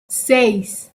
seis